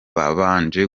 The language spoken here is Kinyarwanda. babanje